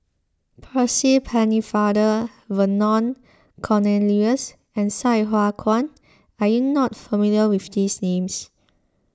Percy Pennefather Vernon Cornelius and Sai Hua Kuan are you not familiar with these names